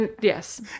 Yes